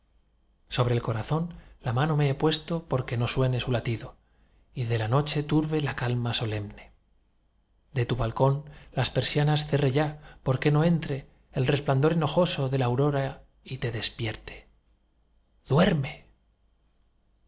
sobre el corazón la mano me he puesto por que no suene su latido y de la noche turbe la calma solemne de tu balcón las persianas cerré ya por que no entre el resplandor enojoso de la aurora y te despierte duerme